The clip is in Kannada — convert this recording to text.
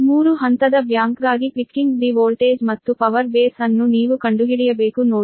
3 ಹಂತದ ಬ್ಯಾಂಕ್ಗಾಗಿ ಪಿಕ್ಕಿಂಗ್ ದಿ ವೋಲ್ಟೇಜ್ ಮತ್ತು ಪವರ್ ಬೇಸ್ ಅನ್ನು ನೀವು ಕಂಡುಹಿಡಿಯಬೇಕು ನೋಡಿ